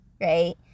right